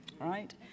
right